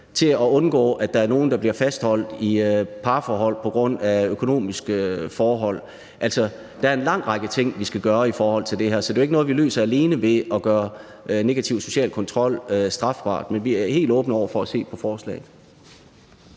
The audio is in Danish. til at undgå, at der er nogle, der bliver fastholdt i parforhold på grund af økonomiske forhold. Der er en lang række ting, vi skal gøre i forhold til det her, så det er jo ikke noget, vi alene løser ved at gøre negativ social kontrol strafbart. Men vi er helt åbne over for at se på forslaget.